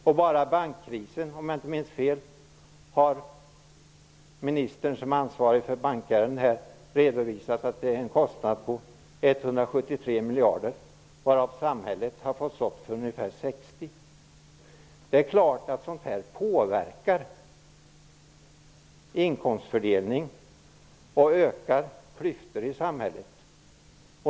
Bara för bankkrisen -- om jag inte minns fel -- har ministern som är ansvarig redovisat en kostnad på 173 miljarder, varav samhället har fått stå för ungefär 60. Det är klart att sådant påverkar inkomstfördelning och ökar klyftor i samhället.